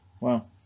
Wow